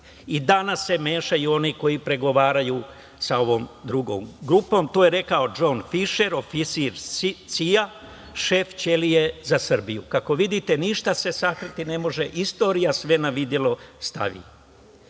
danas se mešaju oni koji pregovaraju sa ovom drugom grupom. To je rekao Džon Fišer, oficir CIA, šef ćelije za Srbiju. Kako vidite, ništa se sakriti ne može. Istorija sve na videlo